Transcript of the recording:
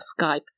Skype